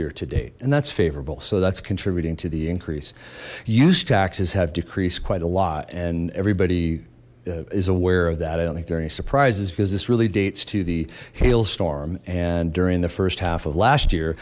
year to date and that's favorable so that's contributing to the increase use taxes have decreased quite a lot and everybody is aware of that i don't think they're any surprises because this really dates to the hailstorm and during the first half of last year